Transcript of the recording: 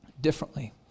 differently